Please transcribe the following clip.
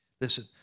Listen